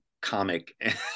comic